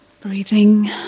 breathing